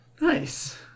Nice